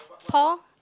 Paul